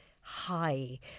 high